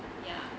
ya